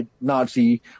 Nazi